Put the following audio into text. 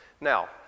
Now